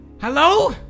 Hello